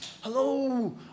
Hello